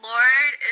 Lord